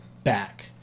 Back